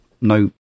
no